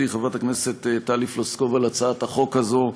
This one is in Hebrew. חברת הכנסת טלי פלוסקוב על הצעת החוק הזו,